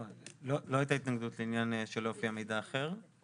לא הייתה התנגדות לעניין שלא יופיע מידע אחר.